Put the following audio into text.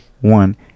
one